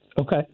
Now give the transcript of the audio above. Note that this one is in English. Okay